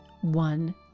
one